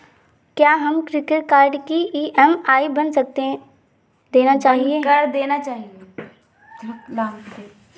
क्या हमें credit card की ई.एम.आई बंद कर देनी चाहिए?